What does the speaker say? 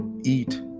eat